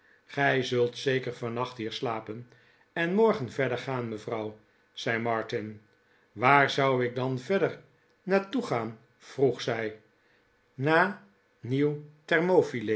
gij zult zeker vannacht hier slapen en morgen verder gaan mevrouw zei martin waar zou ik dan verder naar toe gaan vroeg zij